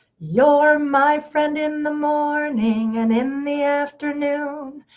you're my friend in the morning, and in the afternoon.